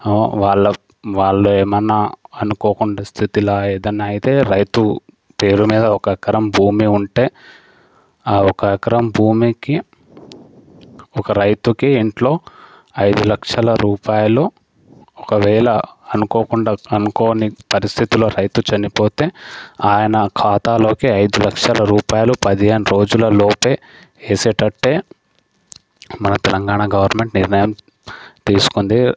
వాళ్ల వాళ్ళు ఏమన్నా అనుకోకుండా స్థితిలో ఏదైనా అయితే రైతు పేరు మీద ఒక ఎకరం భూమి ఉంటే ఆ ఒక ఎకరం భూమికి ఒక రైతుకి ఇంట్లో ఐదు లక్షల రూపాయలు ఒకవేళ అనుకోకుండా అనుకోని పరిస్థితుల్లో రైతు చనిపోతే ఆయన ఖాతాలోకి ఐదు లక్షల రూపాయలు పదిహేను రోజులలోపే వేసేటట్టే మన తెలంగాణ గవర్నమెంట్ నిర్ణయం తీసుకుంది